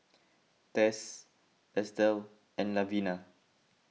Tess Estelle and Lavina